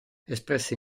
espresse